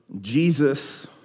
Jesus